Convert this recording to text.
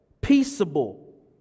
peaceable